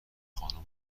خانم